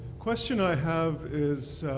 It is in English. question i have is